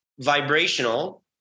Vibrational